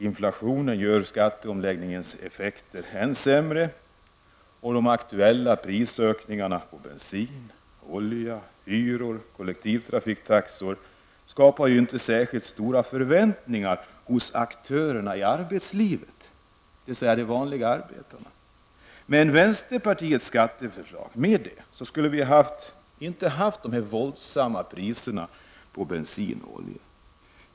Inflationen gör skatteomläggningens effekter än sämre, och de aktuella ökningarna på bensinpriser, oljepriser, hyror och kollektivtrafiktaxor skapar inte särskilt stora förväntningar hos aktörerna i arbetslivet, dvs. de vanliga arbetarna. Med vänsterpartiets förslag skulle vi inte ha haft de våldsamt höga priserna på bensin och olja.